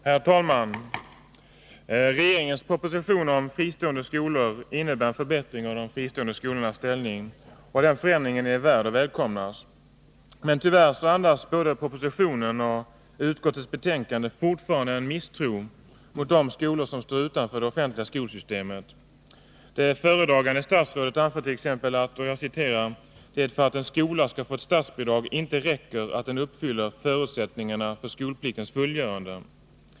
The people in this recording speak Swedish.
Herr talman! Regeringens proposition om fristående skolor innebär en förbättring av de fristående skolornas ställning. Den förändringen är värd att välkomnas. Men tyvärr andas både propositionen och utskottets betänkande fortfarande en misstro mot de skolor som står utanför det offentliga skolsystemet. Det föredragande statsrådet anför t.ex. att ”det för att en skola skall få statsbidrag inte räcker att den uppfyller förutsättningarna för godkännande för skolpliktens fullgörande”.